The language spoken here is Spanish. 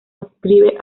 adscribe